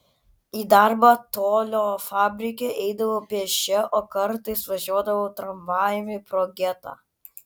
į darbą tolio fabrike eidavau pėsčia o kartais važiuodavau tramvajumi pro getą